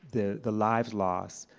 the the lives lost,